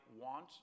want